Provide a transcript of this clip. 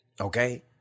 Okay